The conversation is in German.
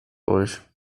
euch